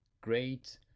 great